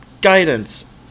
guidance